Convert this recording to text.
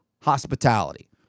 hospitality